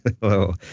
Hello